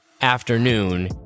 afternoon